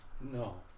No